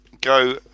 go